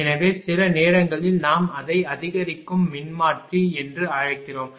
எனவே சில நேரங்களில் நாம் அதை அதிகரிக்கும் மின்மாற்றி என்று அழைக்கிறோம்